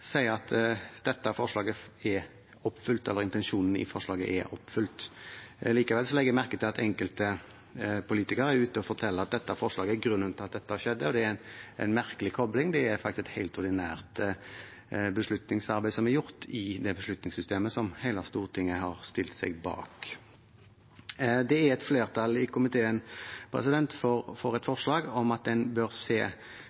intensjonen i dette forslaget er oppfylt. Likevel legger jeg merke til at enkelte politikere er ute og forteller at dette forslaget er grunnen til at dette skjedde, og det er en merkelig kobling. Det er faktisk et helt ordinært beslutningsarbeid som er gjort i det beslutningssystemet som hele Stortinget har stilt seg bak. Det er et flertall i komiteen for et forslag om at en bør se